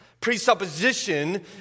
Presupposition